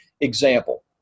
example